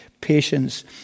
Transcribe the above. patience